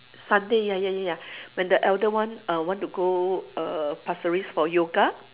Sunday ya ya ya ya when the elder one uh want to go err pasir ris for yoga